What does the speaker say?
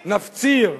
נפציר,